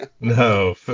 no